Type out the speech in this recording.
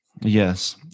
Yes